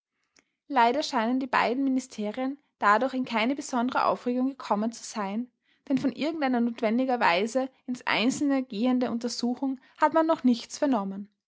leider scheinen die beiden ministerien dadurch in keine besondere aufregung gekommen zu sein denn von irgendeiner notwendigerweise ins einzelne gehenden untersuchung hat man noch nichts vernommen